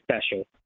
special